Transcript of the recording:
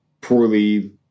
poorly